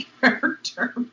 character